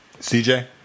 cj